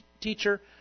Teacher